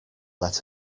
let